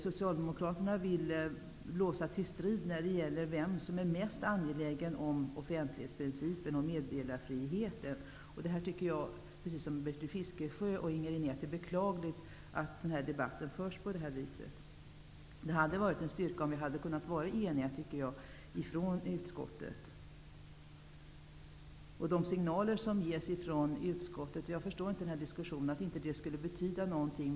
Socialdemokraterna vill blåsa till strid när det gäller vem som är mest angelägen om offentlighetsprincipen och meddelarfriheten. Precis som Bertil Fiskesjö och Inger René tycker också jag att det är beklagligt att debatten förs på det här viset. Det hade varit en styrka om vi i utskottet hade kunnat vara eniga. Jag förstår inte varför det som utskottet skriver inte skulle betyda någonting.